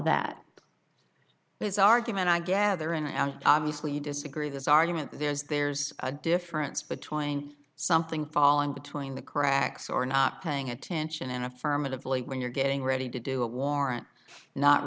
that it's argument i gather and obviously disagree this argument there's there's a difference between something falling between the cracks or not paying attention and affirmatively when you're getting ready to do a warrant not